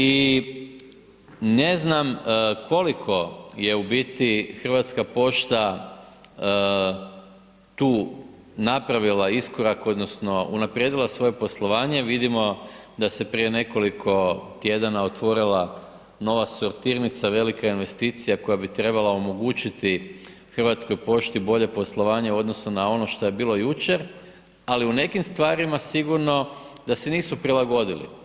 I ne znam koliko je u biti Hrvatska pošta tu napravila iskorak odnosno unaprijedila svoje poslovanje, vidimo da se prije nekoliko tjedana otvorila nova sortirnica, velika investicija koja bi trebala omogućiti Hrvatskoj pošti bolje poslovanje u odnosu na ono što je bilo jučer, ali u nekim stvarima sigurno da se nisu prilagodili.